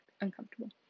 uncomfortable